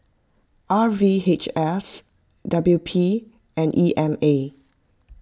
R V H S W P and E M A